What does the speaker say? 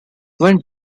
when